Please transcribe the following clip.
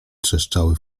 trzeszczały